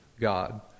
God